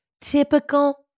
Typical